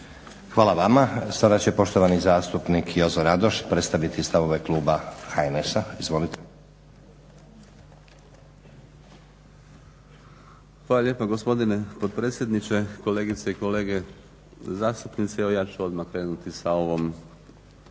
Hvala vama. Sada će poštovani zastupnik Jozo Radoš predstaviti stavove kluba HNS-a. Izvolite. **Radoš, Jozo (HNS)** Hvala lijepa, gospodine potpredsjedniče. Kolegice i kolege zastupnice. Evo ja ću odmah krenuti sa ovom